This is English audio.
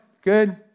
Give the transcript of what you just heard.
Good